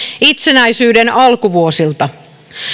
itsenäisyyden alkuvuosilta